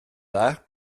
dda